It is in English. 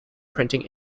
printing